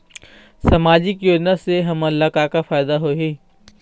सामाजिक योजना से हमन ला का का फायदा होही?